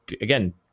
again